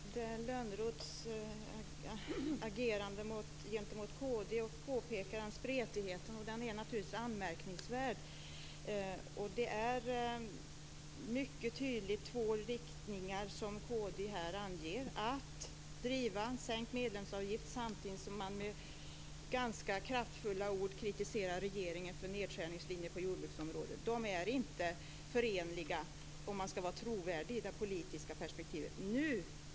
Fru talman! Johan Lönnroth agerar gentemot kd och påpekar att det finns en spretighet, och den är naturligtvis anmärkningsvärd. Det är mycket tydligt två riktningar som kd här anger, dvs. att driva sänkt medlemsavgift samtidigt som man med ganska kraftfulla ord kritiserar regeringen för nedskärningslinjen på jordbruksområdet. De är inte förenliga om man skall vara trovärdig i det politiska perspektivet.